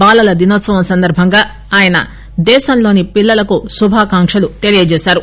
బాలల దినోత్సవం సందర్బంగా ఆయన దేశంలోని పిల్లలకు శుభాకాంక్షలు తెలియజేశారు